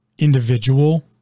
individual